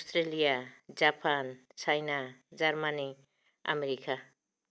Australia Japan China Germany America